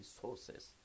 sources